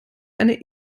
eine